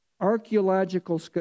Archaeological